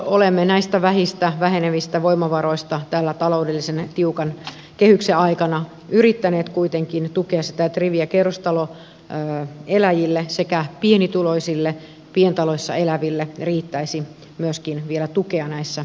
olemme näistä vähistä vähenevistä voimavaroista tällä taloudellisen tiukan kehyksen aikana yrittäneet kuitenkin tukea sitä että rivi ja kerrostaloeläjille sekä pienituloisille pientaloissa eläville riittäisi myöskin vielä tukea näissä asioissa